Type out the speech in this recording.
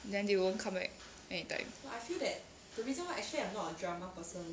then they won't come back anytime